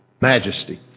majesty